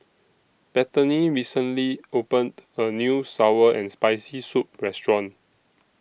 Bethany recently opened A New Sour and Spicy Soup Restaurant